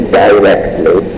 directly